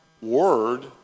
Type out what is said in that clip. word